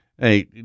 Hey